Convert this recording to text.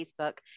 Facebook